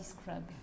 scrub